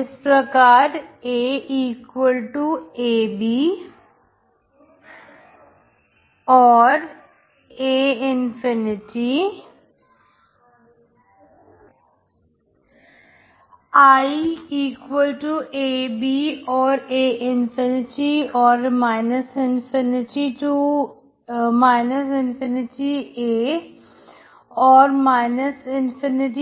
इस प्रकार Iab or a∞ or ∞a or ∞∞